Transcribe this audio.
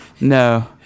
No